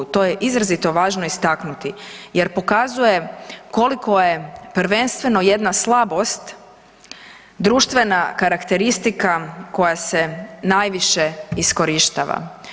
To je izrazito važno istaknuti, jer pokazuje koliko je prvenstveno jedna slabost društvena karakteristika koja se najviše iskorištava.